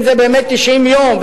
אם זה באמת 90 יום,